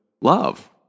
love